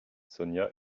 sonia